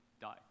Die